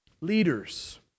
Leaders